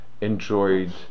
enjoyed